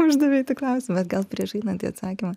uždavei tu klausimą bet gal prieš einant į atsakymą